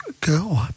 go